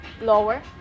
lower